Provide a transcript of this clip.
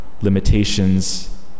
limitations